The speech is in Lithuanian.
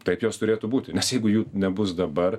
taip jos turėtų būti nes jeigu jų nebus dabar